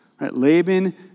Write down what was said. Laban